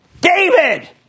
David